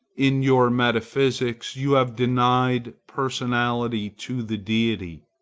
in your metaphysics you have denied personality to the deity,